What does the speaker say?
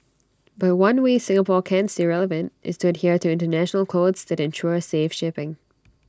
but one way Singapore can stay relevant is to adhere to International codes that ensure safe shipping